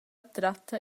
tratta